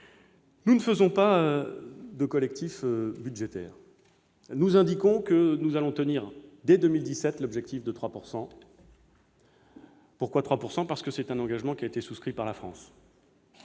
Nous ne faisons pas de collectif budgétaire. Nous indiquons que nous allons tenir, dès 2017, l'objectif de 3 %. Pourquoi 3 %? Parce que c'est un engagement qui a été souscrit par la France-